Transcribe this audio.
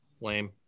lame